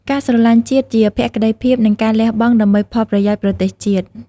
ការស្រឡាញ់ជាតិជា ភក្ដីភាព និងការលះបង់ដើម្បីផលប្រយោជន៍ប្រទេសជាតិ។